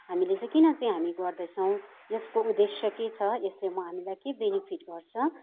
हामीले चाहिँ हामी किन चाहिँ गर्दैछौँ यसको उद्देश्य के छ यसले हामीलाई के बेनिफिट गर्छ